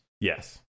Yes